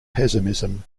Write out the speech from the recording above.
pessimism